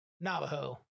navajo